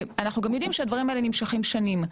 ואנחנו גם יודעים שהדברים האלה נמשכים שנים.